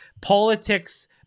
politics